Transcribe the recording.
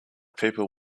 people